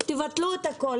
תבטלו את הכול,